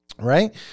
right